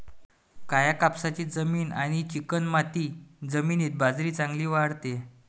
काळ्या कापसाची जमीन आणि चिकणमाती जमिनीत बाजरी चांगली वाढते